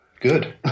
Good